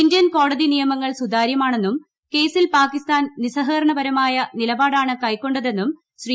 Indian കോടതി നിയമങ്ങൾ സുതാര്യമാണെന്നും കേസിൽ പാകിസ്ഥാൻ നിസ്സഹകരണപരമായ നിലപാടാണ് കൈക്കൊണ്ടതെന്നും ശ്രീ